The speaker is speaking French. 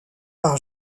par